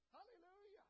Hallelujah